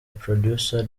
producer